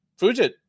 fujit